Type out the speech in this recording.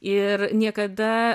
ir niekada